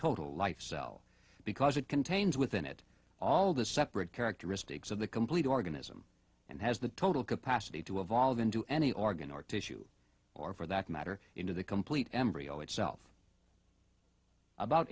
total life cell because it contains within it all the separate characteristics of the complete organism and has the total capacity to evolve into any organ or tissue or for that matter into the complete embryo itself about